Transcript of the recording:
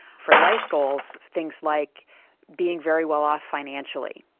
for life goals, things like being very well off financially.